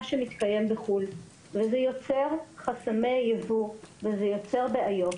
שמתקיים בחו"ל וזה יוצר חסמי ייבוא וזה יוצר בעיות.